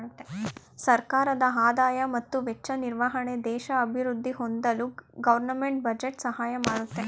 ಸರ್ಕಾರದ ಆದಾಯ ಮತ್ತು ವೆಚ್ಚ ನಿರ್ವಹಣೆ ದೇಶ ಅಭಿವೃದ್ಧಿ ಹೊಂದಲು ಗೌರ್ನಮೆಂಟ್ ಬಜೆಟ್ ಸಹಾಯ ಮಾಡುತ್ತೆ